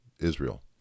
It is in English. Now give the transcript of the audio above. Israel